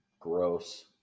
gross